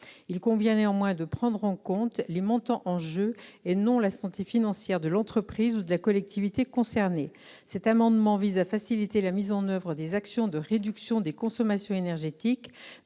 Il convient néanmoins de prendre en compte les montants en jeu, et non la santé financière de l'entreprise ou de la collectivité territoriale concernée. Cet amendement vise à faciliter la mise en oeuvre des actions de réduction des consommations énergétiques,